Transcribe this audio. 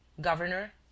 Governor